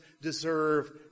deserve